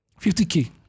50K